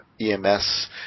EMS